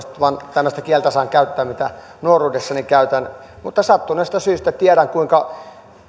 tällaista kieltä saan käyttää mitä nuoruudessani käytin mutta sattuneista syistä tiedän kuinka